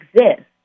exist